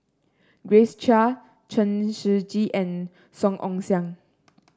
Grace Chia Chen Shiji and Song Ong Siang